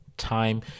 time